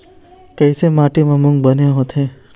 कइसे माटी म मूंग बने होथे?